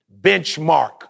benchmark